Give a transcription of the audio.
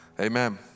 amen